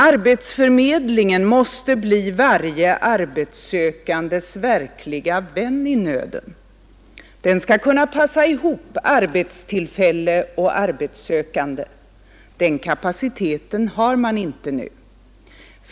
Arbetsförmedlingen måste bli varje arbetssökandes verkliga vän i nöden. Den skall kunna passa ihop arbetstillfälle och arbetssökande. Den kapaciteten har man inte nu.